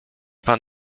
pan